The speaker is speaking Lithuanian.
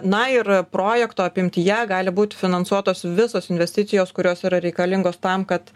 na ir projekto apimtyje gali būti finansuotos visos investicijos kurios yra reikalingos tam kad